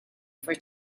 for